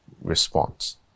response